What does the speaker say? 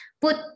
put